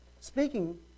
speaking